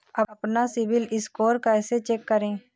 अपना CIBIL score कैसे check करें?